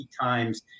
times